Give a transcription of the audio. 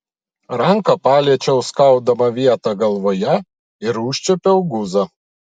ranka paliečiau skaudamą vietą galvoje ir užčiuopiau guzą